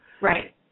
Right